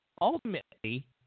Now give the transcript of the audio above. ultimately